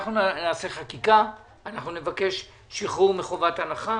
אנחנו נעשה חקיקה, אנחנו נבקש שחרור מחובת הנחה.